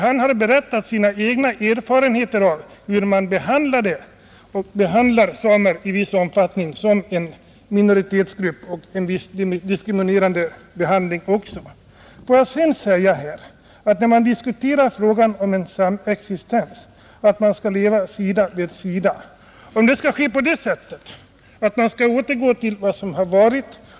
Han har berättat sina egna erfarenheter av hur man har behandlat och behandlar samer i viss omfattning såsom en minoritetsgrupp och ger dem en diskriminerande behandling. När man diskuterar frågan om en samexistens och framhåller att man skall leva sida vid sida, vill jag säga att det skall ske på det sättet att man inte skall återgå till vad som har varit.